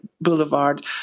Boulevard